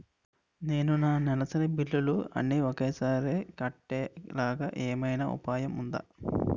నేను నా నెలసరి బిల్లులు అన్ని ఒకేసారి కట్టేలాగా ఏమైనా ఉపాయం ఉందా?